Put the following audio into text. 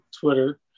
twitter